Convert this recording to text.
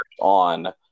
on